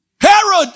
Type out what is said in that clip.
Herod